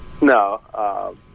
No